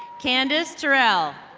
candice trell.